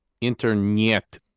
Internet